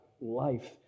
life